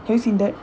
have you seen that